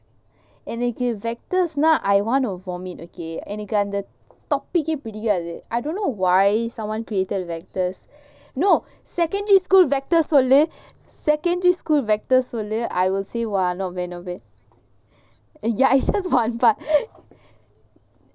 எனக்கு:enaku vectors nah I want to vomit okay எனக்குஅந்த:enaku andha the topic பிடிக்காது:pidikathu I don't know why someone created vectors no secondary school vectors வந்து:vandhu secondary school vector வந்து:vandhu I will say !wah! not bad not bad ya it's just one part